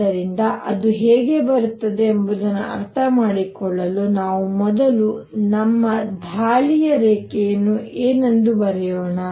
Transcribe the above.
ಆದ್ದರಿಂದ ಅದು ಹೇಗೆ ಬರುತ್ತದೆ ಎಂಬುದನ್ನು ಅರ್ಥಮಾಡಿಕೊಳ್ಳಲು ನಾವು ಮೊದಲು ನಮ್ಮ ದಾಳಿಯ ರೇಖೆಯನ್ನು ಏನೆಂದು ಬರೆಯೋಣ